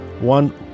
one